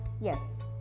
Yes